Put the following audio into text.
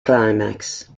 climax